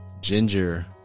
Ginger